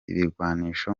ibirwanisho